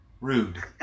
rude